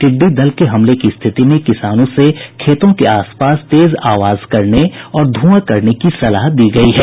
टिड्डी दल के हमले की स्थिति में किसानों से खेतों के आसपास तेज आवाज करने और धुआं करने की सलाह दी गयी है